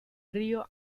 río